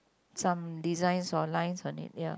some designs or lines on it ya